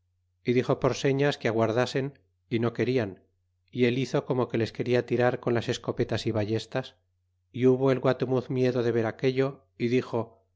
y dixo por señas que aguardasen y no querían y et hizo como que les quería tirar con las escopetas y ballestas y hubo el guatemuz miedo de ver aquello y dixo